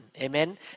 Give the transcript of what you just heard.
Amen